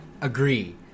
agree